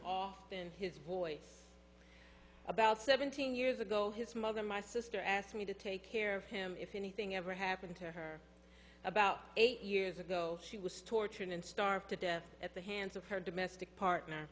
often his voice about seventeen years ago his mother my sister asked me to take care of him if anything ever happened to her about eight years ago she was tortured and starved to death at the hands of her domestic partner